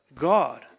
God